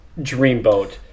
dreamboat